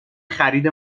خرید